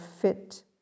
fit